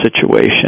situation